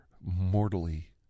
mortally